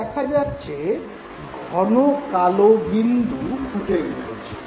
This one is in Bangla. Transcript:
এখানে দেখা যাচ্ছে ঘন কালো বিন্দু ফুটে উঠেছে